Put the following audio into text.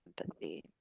empathy